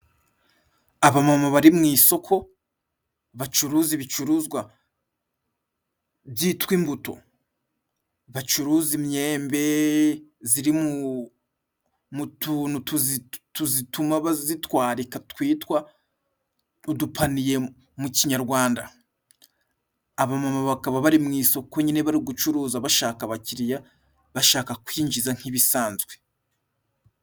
Abamama bari mu isoko bacuruza ibicuruzwa byitwa imbuto. Bacuruza imyembe ziri mu tuntu tuzituma bazitwarika twitwa udupaniye mu kinyarwanda. Abamama bakaba bari mu isoko nyine bari gucuruza bashaka abakiriya, bashaka kwinjiza nk'ibisanzwe.